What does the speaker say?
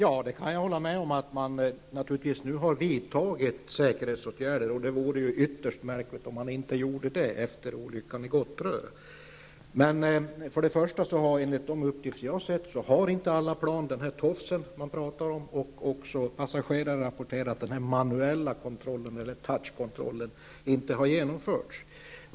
Herr talman! Jag kan hålla med om att man nu naturligtvis har vidtagit säkerhetsåtgärder. Det vore ytterst märkligt om man inte gjorde det efter olyckan i Gottröra. Enligt de uppgifter jag har sett har inte alla plan en tofs. Passagerare har också rapporterat att den manuella kontrollen, touch-kontrollen, inte har genomförts.